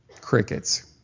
Crickets